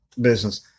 business